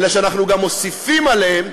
אלא שאנחנו גם מוסיפים עליהם